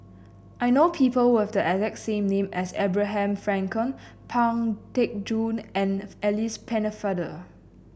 I know people who have the exact same name as Abraham Frankel Pang Teck Joon and Alice Pennefather